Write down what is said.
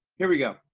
here we go.